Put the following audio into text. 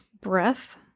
breath